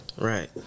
Right